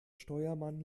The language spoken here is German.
steuermann